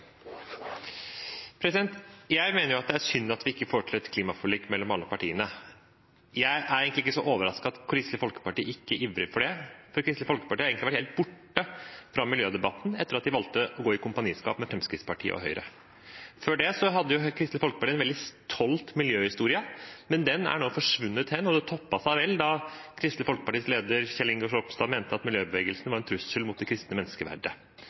egentlig ikke så overrasket over at Kristelig Folkeparti ikke ivrer for det, for Kristelig Folkeparti har egentlig vært helt borte fra miljødebatten etter at de valgte å gå i kompaniskap med Fremskrittspartiet og Høyre. Før det hadde jo Kristelig Folkeparti en veldig stolt miljøhistorie, men den er nå svunnet hen, og det toppet seg vel da Kristelig Folkepartis leder, Kjell Ingolf Ropstad, mente at miljøbevegelsen var en trussel mot det kristne menneskeverdet.